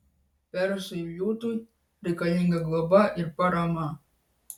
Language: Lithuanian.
persui liūtui reikalinga globa ir parama